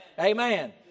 amen